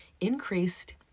increased